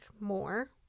more